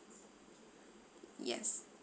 yes